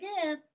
again